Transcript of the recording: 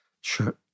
Sure